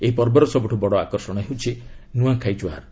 ଏହି ପର୍ବର ସବୁଠୁ ବଡ ଆକର୍ଷଣ ହେଉଛି ନୂଆଁଖାଇ ଜୁହାର